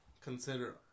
consider